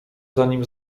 zanim